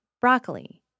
Broccoli